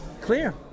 clear